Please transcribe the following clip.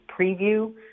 preview